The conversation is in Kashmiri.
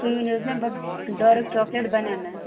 تُہۍ ؤنِو حظ مےٚ ڈارٕک چاکلیٹ بنیٛنا مےٚ